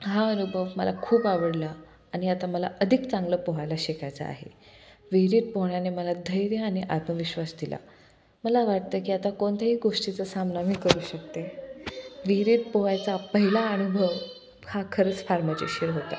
हा अनुभव मला खूप आवडला आणि आता मला अधिक चांगलं पोहायला शिकायचा आहे विहिरीत पोहण्याने मला धैर्य आणि आत्मविश्वास दिला मला वाटतं की आता कोणत्याही गोष्टीचा सामना मी करू शकते विहिरीत पोहायचा पहिला अनुभव हा खरंच फार मजेशीर होता